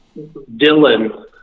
Dylan